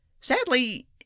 Sadly